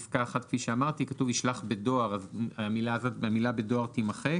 פסקה 1 כפי שאמרתי "ישלח בדואר" אז המילה בדואר תמחק?